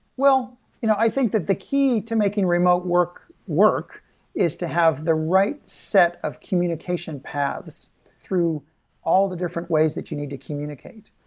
you know i think that the key to making remote work work is to have the right set of communication paths through all the different ways that you need to communicate.